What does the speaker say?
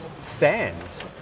stands